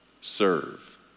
serve